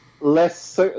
less